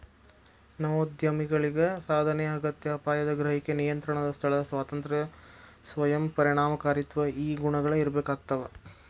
ನವೋದ್ಯಮಿಗಳಿಗ ಸಾಧನೆಯ ಅಗತ್ಯ ಅಪಾಯದ ಗ್ರಹಿಕೆ ನಿಯಂತ್ರಣದ ಸ್ಥಳ ಸ್ವಾತಂತ್ರ್ಯ ಸ್ವಯಂ ಪರಿಣಾಮಕಾರಿತ್ವ ಈ ಗುಣಗಳ ಇರ್ಬೇಕಾಗ್ತವಾ